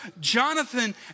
Jonathan